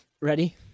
Ready